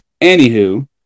anywho